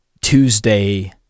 Tuesday